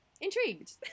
intrigued